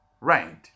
right